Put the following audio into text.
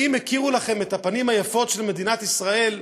האם הכירו לכם את הפנים היפות של מדינת ישראל,